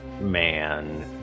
man